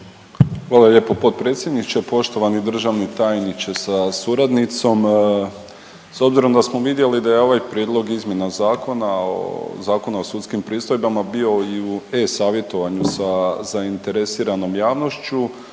Hvala lijepo potpredsjedniče, poštovani državni tajniče sa suradnicom. S obzirom da smo vidjeli da je ovaj prijedlog izmjena Zakona o, Zakona o sudskim pristojbama bio i u e-savjetovanju sa zainteresiranom javnošću